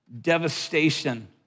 devastation